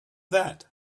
that